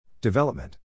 Development